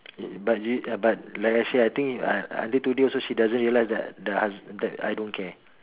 but but you like I say I think uh until today also she doesn't realise that the hus~ that I don't care